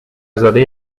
زاده